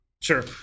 Sure